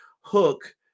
Hook